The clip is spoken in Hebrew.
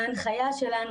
ההנחיה שלנו